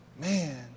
Man